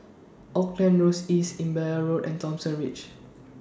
Auckland Road East Imbiah Road and Thomson Ridge